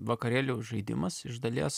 vakarėlių žaidimas iš dalies